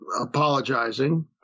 apologizing